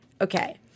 okay